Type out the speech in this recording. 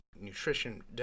nutrition